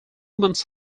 months